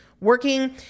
working